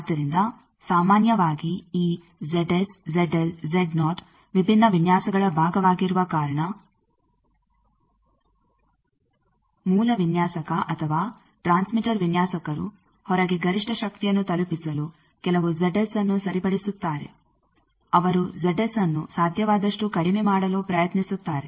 ಆದ್ದರಿಂದ ಸಾಮಾನ್ಯವಾಗಿ ಈ ವಿಭಿನ್ನ ವಿನ್ಯಾಸಗಳ ಭಾಗವಾಗಿರುವ ಕಾರಣ ಮೂಲ ವಿನ್ಯಾಸಕ ಅಥವಾ ಟ್ರಾನ್ಸ್ಮಿಟರ್ ವಿನ್ಯಾಸಕರು ಹೊರಗೆ ಗರಿಷ್ಠ ಶಕ್ತಿಯನ್ನು ತಲುಪಿಸಲು ಕೆಲವು ಅನ್ನು ಸರಿಪಡಿಸುತ್ತಾರೆ ಅವರು ಅನ್ನು ಸಾಧ್ಯವಾದಷ್ಟು ಕಡಿಮೆ ಮಾಡಲು ಪ್ರಯತ್ನಿಸುತ್ತಾರೆ